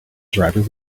driver